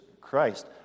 Christ